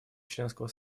членского